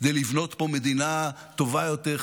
כדי לבנות פה מדינה טובה יותר,